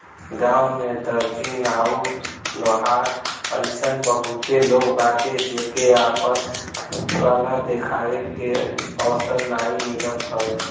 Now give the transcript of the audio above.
गांव में दर्जी, नाऊ, लोहार अइसन बहुते लोग बाटे जेके आपन कला देखावे के अवसर नाइ मिलत हवे